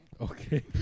Okay